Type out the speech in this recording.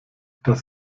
das